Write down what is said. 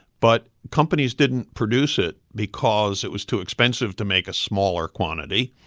but companies didn't produce it because it was too expensive to make a smaller quantity.